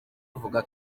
avuga